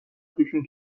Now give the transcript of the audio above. توشون